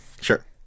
sure